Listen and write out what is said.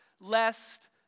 lest